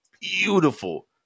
beautiful